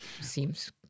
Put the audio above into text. seems